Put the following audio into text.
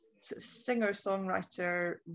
singer-songwriter